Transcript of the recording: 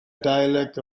dialect